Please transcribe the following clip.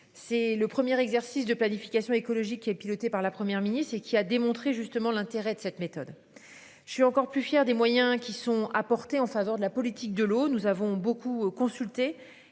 C'est le premier exercice de planification écologique qui a piloté par la Première ministre et qui a démontré justement l'intérêt de cette méthode. Je suis encore plus fier des moyens qui sont apportées en faveur de la politique de l'eau, nous avons beaucoup consulté